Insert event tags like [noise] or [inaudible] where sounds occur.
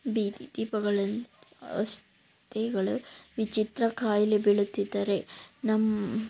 ಬೀದಿ ದೀಪಗಳಲ್ಲಿ [unintelligible] ವಿಚಿತ್ರ ಕಾಯಿಲೆ ಬೀಳುತ್ತಿದ್ದಾರೆ ನಮ್ಮ